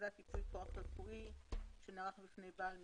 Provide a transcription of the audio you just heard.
הפקדת ייפוי כוח רפואי שנערך בפני בעל מקצוע.